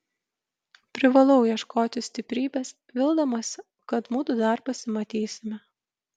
privalau ieškoti stiprybės vildamasi kad mudu dar pasimatysime